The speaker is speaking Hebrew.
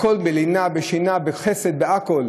בכול, בלינה, בשינה, בחסד, בכול.